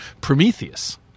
Prometheus